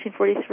1943